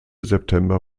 september